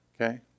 Okay